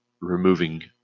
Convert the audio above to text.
removing